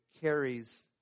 carries